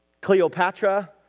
Cleopatra